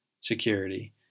Security